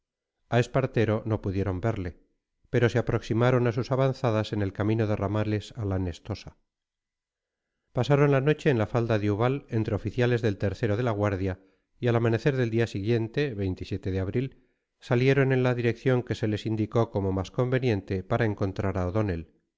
a espartero no pudieron verle pero se aproximaron a sus avanzadas en el camino de ramales a la nestosa pasaron la noche en la falda de ubal entre oficiales del o de la guardia y al amanecer del día siguiente de abril salieron en la dirección que se les indicó como más conveniente para encontrar a o'donnell